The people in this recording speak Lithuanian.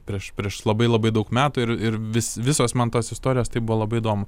prieš prieš labai labai daug metų ir ir vis visos man tos istorijos tai buvo labai įdomu